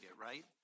right